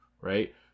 right